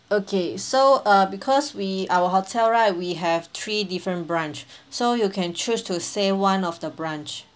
okay so uh because we our hotel right we have three different branch so you can choose to stay one of the branch